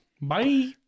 Bye